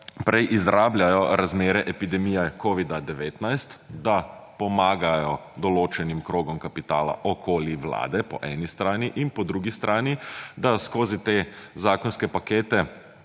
prej izrabljajo razmere epidemije covida-19, da pomagajo določenim krogom kapitala okoli vlade po eni strani in po drugi strani, da skozi te zakonske pakete